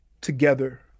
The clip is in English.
together